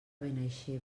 benaixeve